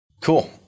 Cool